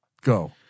Go